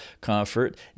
comfort